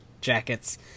jackets